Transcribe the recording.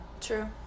True